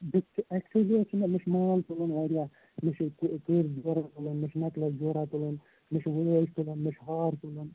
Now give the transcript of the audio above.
اٮ۪کچِؤلی حظ چھِ مےٚ مےٚ چھِ مال تُلُن واریاہ مےٚ چھِ کٔہ کٔرۍ جورا تُلٕنۍ مےٚ چھِ نٮ۪کلِس جورا تُلُن مےٚ چھِ وٲج تُلُن مےٚ چھِ ہار تُلُن